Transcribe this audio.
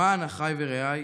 למען אחי ורעי